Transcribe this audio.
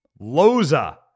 Loza